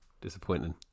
Disappointing